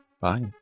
Bye